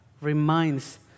reminds